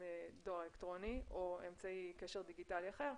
דואר אלקטרוני או אמצעי קשר דיגיטלי אחר,